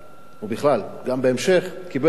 וגם בהמשך, קיבל זכות